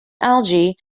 algae